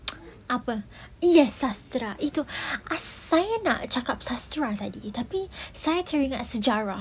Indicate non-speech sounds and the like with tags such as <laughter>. <noise> sastera yes sastera like itu saya nak cakap sastera tadi tapi teringat sejarah